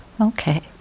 Okay